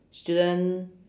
student